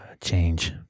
Change